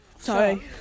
Sorry